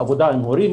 בעבודה עם הורים,